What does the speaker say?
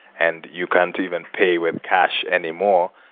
and you can't even pay with cash anymore.